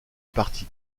parti